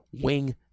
wing